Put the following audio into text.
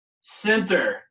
Center